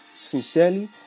Sincerely